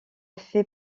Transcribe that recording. fait